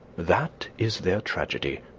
that is their tragedy.